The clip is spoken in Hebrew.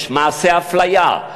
יש מעשי אפליה,